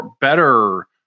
better